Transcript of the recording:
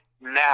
now